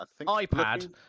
iPad